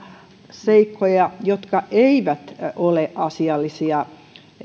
seikkoja jotka eivät ole asiallisia